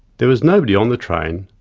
there was nobody on the train,